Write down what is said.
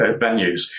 venues